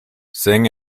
singh